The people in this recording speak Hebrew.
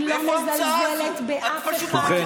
אני לא מזלזלת, את פשוט לא מכירה כלום.